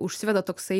užsiveda toksai